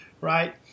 right